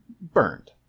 Burned